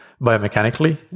biomechanically